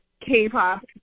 K-pop